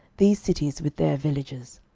these cities with their villages.